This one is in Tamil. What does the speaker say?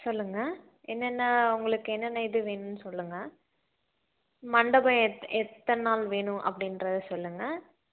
சொல்லுங்க என்னென்ன உங்களுக்கு என்னென்ன இது வேணும்னு சொல்லுங்க மண்டபம் எத் எத்தனை நாள் வேணும் அப்படின்றத சொல்லுங்க